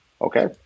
Okay